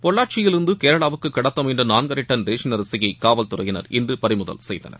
பொள்ளாச்சியில் இருந்து கேரளாவுக்கு கடத்த முயன்ற நாள்கரை டன் ரேஷன் அரிசியை காவல் துறையினர் இன்று பறிமுதல் செய்தனர்